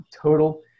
total